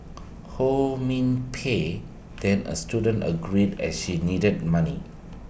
ho min Pei then A student agreed as she needed money